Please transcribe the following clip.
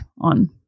on